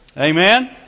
Amen